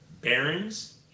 Barons